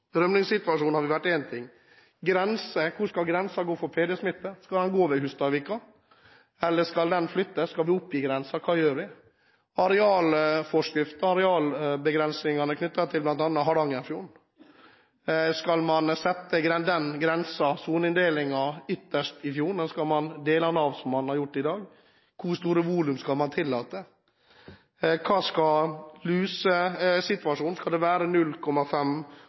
oss. Rømningssituasjonen har vært én ting, grense en annen. Hvor skal grensen for PD-smitte gå? Skal den gå ved Hustadvika, eller skal den flyttes? Skal vi endre grensen? Hva gjør vi? Når det gjelder arealforskriften og arealbegrensningene knyttet til bl.a. Hardangerfjorden, skal man ha grensen, soneinndelingen, ytterst i fjorden, eller skal man dele slik man gjør i dag? Hvor store volum skal man tillate? Hva med lusesituasjonen? Skal det fortsatt være 0,5